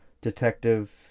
detective